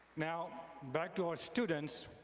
now, back to our students,